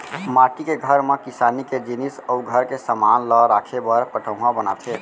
माटी के घर म किसानी के जिनिस अउ घर के समान ल राखे बर पटउहॉं बनाथे